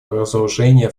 разоружения